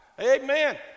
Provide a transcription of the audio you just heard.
Amen